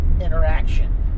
interaction